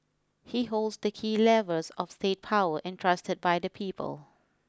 he holds the key levers of state power entrusted by the people